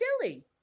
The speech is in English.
silly